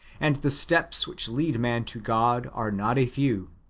and the steps which lead man to god are not a few.